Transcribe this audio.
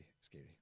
scary